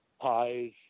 Pies